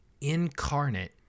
incarnate